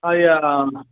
ಅಯ್ಯೋ